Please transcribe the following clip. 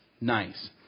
nice